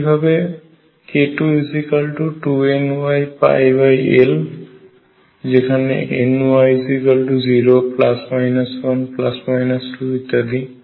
একইভাবে k22nyL যেখানে ny0±1±2 ইত্যাদি